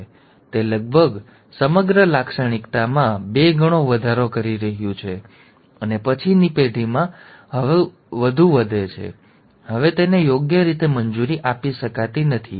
હવે તે લગભગ સમગ્ર લાક્ષણિકતામાં બે ગણો વધારો કરી રહ્યું છે અને પછીની પેઢીમાં વધુ વધે છે હવે તેને યોગ્ય રીતે મંજૂરી આપી શકાતી નથી